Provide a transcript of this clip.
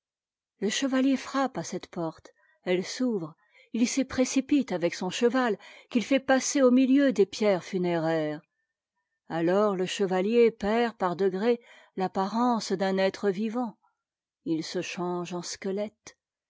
le chevalier frappe à cette porte elle s'ouvre il s'y précipite avec son cheval qu'il fait passer au milieu des pierres funéraires alors le chevalier perd par degrés l'apparence d'un être vivant il se change en squelette